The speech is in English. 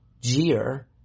jeer